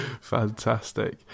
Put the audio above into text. Fantastic